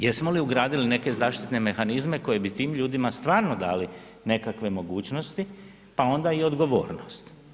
Jesmo li ugradili neke zaštitne mehanizme koji bi tim ljudima stvarno dali nekakve mogućnosti, pa onda i odgovornost.